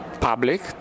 public